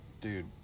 Dude